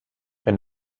wenn